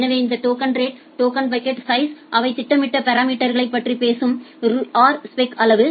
எனவே இந்த token rate token bucket size அவை திட்டமிடப்பட்ட பாராமீட்டர்களை பற்றி பேசும் ரூஸ்பெக் அளவு